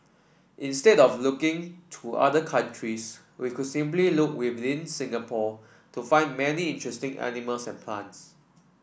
instead of looking to other countries we could simply look within Singapore to find many interesting animals and plants